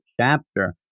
chapter